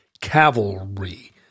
cavalry